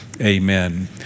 amen